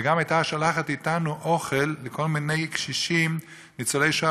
וגם הייתה שולחת אתנו אוכל לכל מיני קשישים ניצולי שואה,